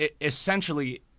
essentially